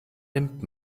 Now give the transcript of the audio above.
nimmt